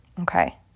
Okay